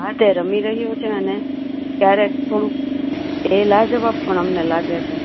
હાં તે રમી રહ્યો છે અને કયારેક થોડુંક એ લાજવાબ પણ અમને લાગે છે